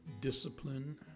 Discipline